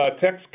text